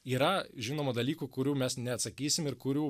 yra žinoma dalykų kurių mes neatsakysim ir kurių